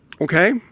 okay